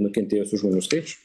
nukentėjusių žmonių skaičių